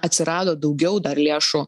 atsirado daugiau dar lėšų